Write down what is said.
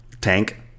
Tank